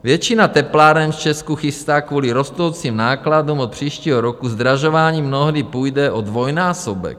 Většina tepláren v Česku chystá kvůli rostoucím nákladům od příštího roku zdražování, mnohdy půjde o dvojnásobek.